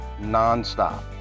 nonstop